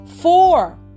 four